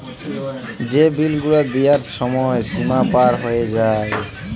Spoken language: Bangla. যে বিল গুলা দিয়ার ছময় সীমা পার হঁয়ে যায়